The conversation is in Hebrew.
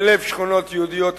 בלב שכונות יהודיות אחרות,